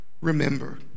remember